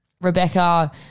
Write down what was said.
Rebecca